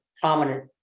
prominent